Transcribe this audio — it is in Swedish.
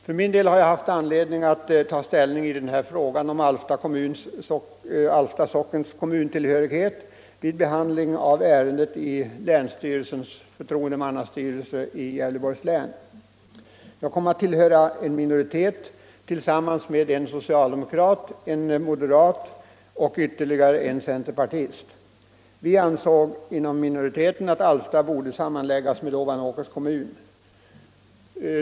För min del har jag haft anledning att ta ställning i frågan om Alfta sockens kommuntillhörighet vid behandling av ärendet i länsstyrelsens i Gävleborgs län förtroendemannastyrelse. Jag kom att tillhöra minoriteten tillsammans med en socialdemokrat, en moderat och ytterligare en centerpartist. Vi ansåg att Alfta borde sammanläggas med Ovanåkers kommun.